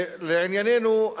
לענייננו,